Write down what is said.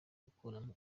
gukuramo